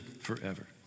forever